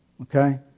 okay